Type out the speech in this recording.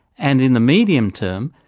and in the medium-term,